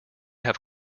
have